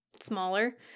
smaller